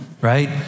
right